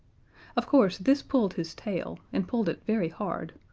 of course this pulled his tail, and pulled it very hard,